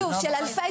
שוב, של אלפי